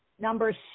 Number